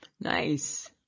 Nice